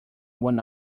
one